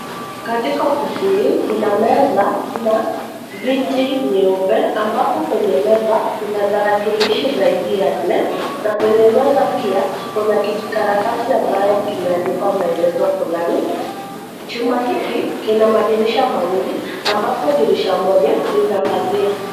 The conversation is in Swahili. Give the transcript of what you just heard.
Katika ofisi hii kuna meza na viti nyeupe, ambapo kwenye meza kuna tarakilishi zaidi ya nne, na kwenye meza pia, tuko na kijikaratasi ambayo kimeandikwa maelezo fulani. Chumba hiki kina madirisha mawili, ambapo dirisha moja lina pazia.